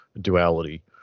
duality